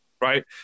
Right